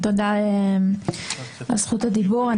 תודה על זכות הדיבור.